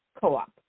co-op